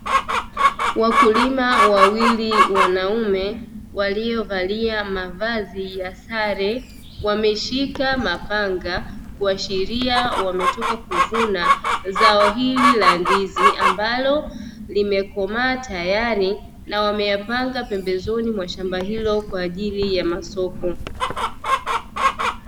Wakulima wawili wanaume waliovalia mavazi ya sare, wameshika mapanga, kuashiria wametoka kuvuna zao hili la ndizi, ambalo limekomaa tayari, na wameyapanga pembezoni mwa shamba hilo kwa ajili ya masoko.